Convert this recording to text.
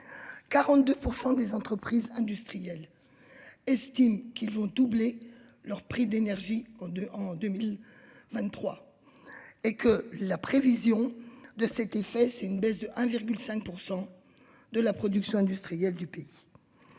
42% des entreprises industrielles. Estime qu'ils vont doubler leur prix d'énergie qu'de en 2023. Et que la prévision de ce, il fait, c'est une baisse de 1,5% de la production industrielle du pays.